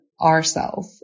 ourself